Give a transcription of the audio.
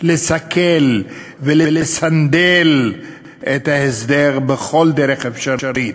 לסכל ולסנדל את ההסדר בכל דרך אפשרית.